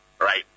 right